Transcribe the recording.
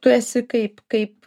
tu esi kaip kaip